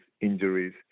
injuries